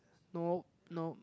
no no